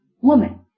woman